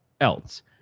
else